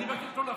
דודו,